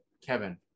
Kevin